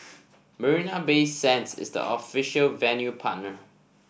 Marina Bay Sands is the official venue partner